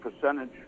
percentage